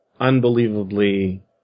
unbelievably